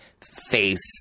face